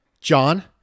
John